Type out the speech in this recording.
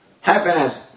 happiness